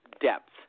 depth